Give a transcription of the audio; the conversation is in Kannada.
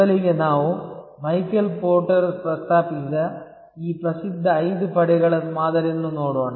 ಮೊದಲಿಗೆ ನಾವು ಮೈಕೆಲ್ ಪೋರ್ಟರ್ ಪ್ರಸ್ತಾಪಿಸಿದ ಈ ಪ್ರಸಿದ್ಧ ಐದು ಪಡೆಗಳ ಮಾದರಿಯನ್ನು ನೋಡೋಣ